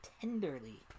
tenderly